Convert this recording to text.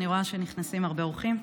אני רואה שנכנסים הרבה אורחים,